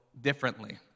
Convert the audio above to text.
differently